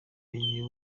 menya